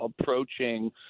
approaching